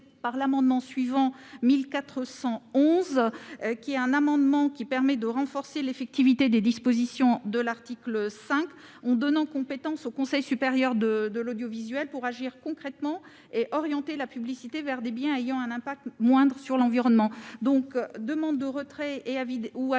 par l'amendement n° 1411, qui vise à renforcer l'effectivité des dispositions de l'article 5 en donnant compétence au Conseil supérieur de l'audiovisuel pour agir concrètement et orienter la publicité vers des biens ayant un impact moindre sur l'environnement. Je demande donc le retrait de